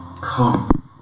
Come